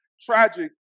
tragic